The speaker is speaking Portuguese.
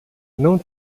não